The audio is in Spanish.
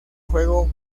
juego